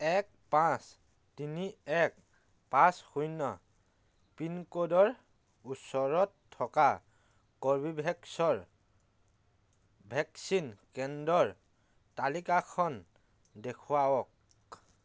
এক পাঁচ তিনি এক পাঁচ শূন্য পিনক'ডৰ ওচৰত থকা কৰ্বীভেক্সৰ ভেকচিন কেন্দ্ৰৰ তালিকাখন দেখুৱাওক